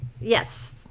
yes